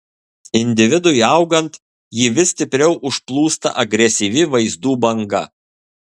individui augant jį vis stipriau užplūsta agresyvi vaizdų banga